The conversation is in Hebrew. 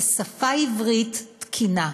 על שפה עברית תקינה.